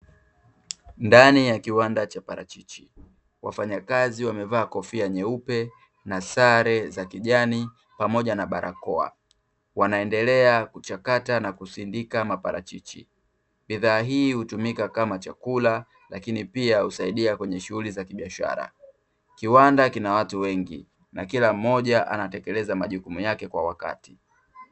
Ndani ya kiwanda cha parachichi, wafanyakazi wamevaa kofia nyeupe na sare za kijani pamoja na barakoa, wanaendelea kuchakata na kusindika maparachichi, bidhaa hii hutumika kama chakula lakini pia husaidia kwenye shughuli za kibiashara. Kiwanda kina watu wengi na kila mmoja anatekeleza majukumu yake kwa wakati.